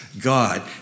God